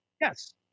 Yes